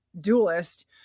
duelist